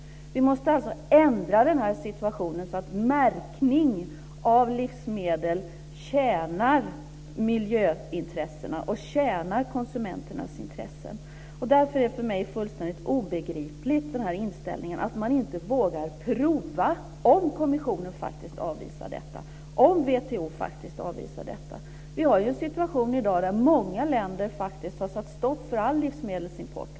Vi måste ändra situationen så att märkning av livsmedel tjänar miljöintressena och konsumenternas intressen. Den inställning man har är därför fullständigt obegriplig för mig. Man vågar inte prova om kommissionen faktiskt avvisar detta och om WTO avvisar detta. Vi har i dag en situation där många länder har satt stopp för all livsmedelsimport.